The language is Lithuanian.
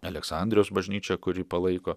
aleksandrijos bažnyčia kuri palaiko